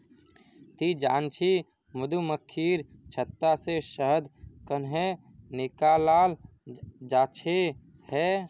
ती जानछि मधुमक्खीर छत्ता से शहद कंन्हे निकालाल जाच्छे हैय